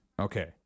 Okay